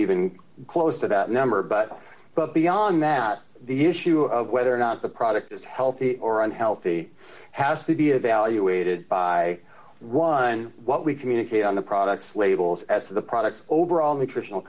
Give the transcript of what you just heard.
even close to that number but but beyond that the issue of whether or not the product is healthy or unhealthy has to be evaluated by one what we communicate on the products labels as to the products overall nutritional